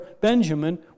Benjamin